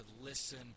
listen